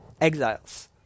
exiles